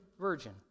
virgin